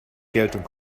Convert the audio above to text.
geltung